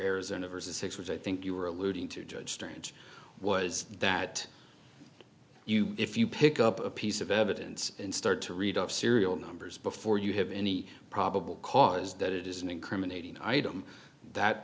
arizona versus six which i think you were alluding to judge strange was that you if you pick up a piece of evidence and start to read of serial numbers before you have any probable cause that is an incriminating item that